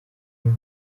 imwe